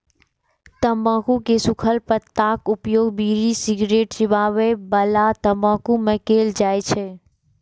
तंबाकू के सूखल पत्ताक उपयोग बीड़ी, सिगरेट, चिबाबै बला तंबाकू मे कैल जाइ छै